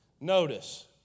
Notice